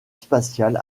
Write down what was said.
spatial